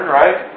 right